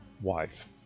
wife